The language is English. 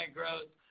growth